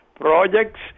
projects